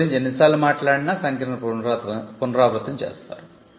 దీని గురించి ఎన్నిసార్లు మాట్లాడినా సంఖ్యను పునరావృతం చేస్తారు